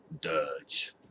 dirge